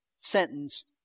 sentenced